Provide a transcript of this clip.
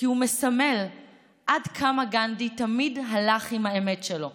כי הוא מסמל עד כמה גנדי תמיד הלך עם האמת שלו,